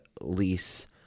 lease